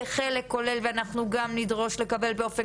זה חלק כולל ואנחנו גם נדרוש לקבל באופן